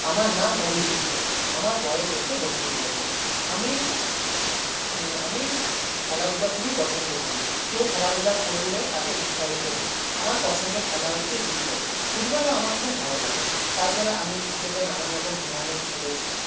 আমার নাম অভিজিৎ দে আমার বয়েস হচ্ছে বত্রিশ বছর আমি আমি খেলাধুলা খুবই পছন্দ করি কেউ খেলাধুলা করলে তাকে উৎসাহ দিই আমার পছন্দের খেলা হচ্ছে ক্রিকেট ফুটবলও আমার খুব ভালো লাগে তাছাড়া আমি ক্রিকেটে নানান রকম টুর্নামেন্ট খেলেছি